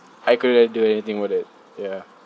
I couldn't do anything about it ya